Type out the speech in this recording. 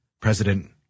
President